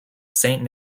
saint